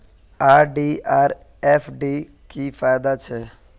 RD आर FD की फ़ायदा छे?